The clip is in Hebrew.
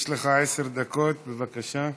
יש לך עשר דקות, בבקשה.